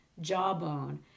jawbone